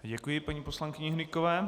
Děkuji paní poslankyni Hnykové.